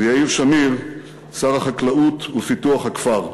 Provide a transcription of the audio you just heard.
ויאיר שמיר, שר החקלאות ופיתוח הכפר.